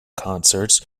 concerts